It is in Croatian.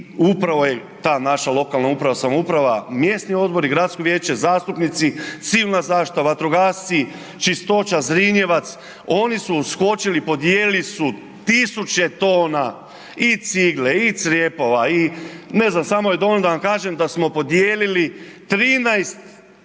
upravo je ta naša lokalna uprava i samouprava, mjesni odbori i gradsko vijeće, zastupnici, silna zaštita, vatrogasci, Čistoća, Zrinjevac, oni su uskočili, podijelili su tisuće tona i cigle i crijepova i ne znam, samo je dovoljno da vam kažem da smo podijelili 13 000